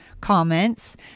comments